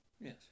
Yes